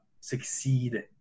succeed